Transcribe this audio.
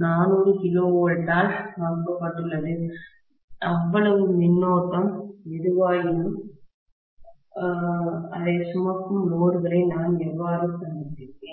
யால் வகுக்கப்பட்டுள்ளது அவ்வளவு மின்னோட்டம்கரண்ட் எதுவாயினும் அதை சுமக்கும் லோடுகளை நான் எவ்வாறு கண்டுபிடிப்பேன்